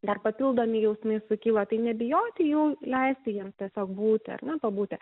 dar papildomi jausmai sukyla tai nebijoti jų leisti jiems tiesiog būti ar ne pabūti